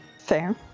Fair